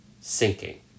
sinking